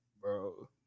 bro